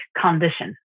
condition